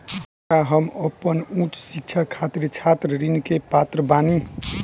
का हम अपन उच्च शिक्षा खातिर छात्र ऋण खातिर के पात्र बानी?